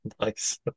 nice